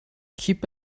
keep